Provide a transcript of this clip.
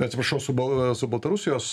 atsiprašau su bal su baltarusijos